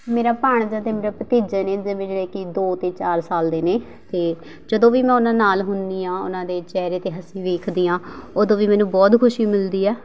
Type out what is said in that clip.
ਮੇਰਾ ਭਾਣਜਾ ਅਤੇ ਮੇਰਾ ਭਤੀਜੇ ਨੇ ਜਿਵੇਂ ਜਿਹੜੇ ਕਿ ਦੋ ਅਤੇ ਚਾਰ ਸਾਲ ਦੇ ਨੇ ਅਤੇ ਜਦੋਂ ਵੀ ਮੈਂ ਉਹਨਾਂ ਨਾਲ਼ ਹੁੰਦੀ ਹਾਂ ਉਹਨਾਂ ਦੇ ਚਿਹਰੇ 'ਤੇ ਹੱਸੀ ਵੇਖਦੀ ਹਾਂ ਉਦੋਂ ਵੀ ਮੈਨੂੰ ਬਹੁਤ ਖੁਸ਼ੀ ਮਿਲਦੀ ਆ